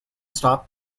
stop